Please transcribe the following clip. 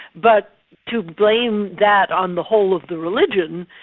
but to blame that on the whole of the religion,